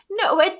No